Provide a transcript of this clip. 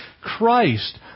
Christ